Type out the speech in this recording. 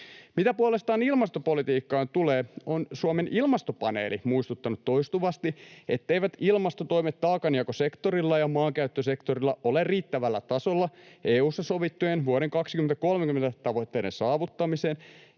Mitä puolestaan ilmastopolitiikkaan tulee, on Suomen ilmastopaneeli muistuttanut toistuvasti, etteivät ilmastotoimet taakanjakosektorilla ja maankäyttösektorilla ole riittävällä tasolla EU:ssa sovittujen vuoden 2030 tavoitteiden saavuttamiseen